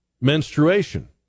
menstruation